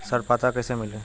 ऋण पात्रता कइसे मिली?